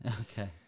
Okay